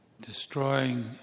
destroying